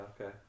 okay